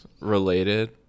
related